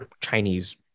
Chinese